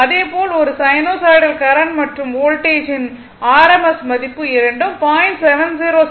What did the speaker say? அதேபோல் ஒரு sinusoidal current மற்றும் வோல்டேஜ் ன் rms மதிப்பு இரண்டும் 0